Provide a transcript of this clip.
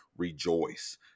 rejoice